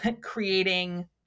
creating